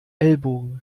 ellbogen